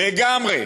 לגמרי.